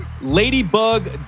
Ladybug